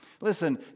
Listen